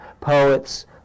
poets